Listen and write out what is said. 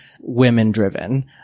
women-driven